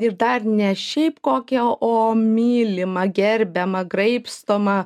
ir dar ne šiaip kokią o mylimą gerbiamą graibstomą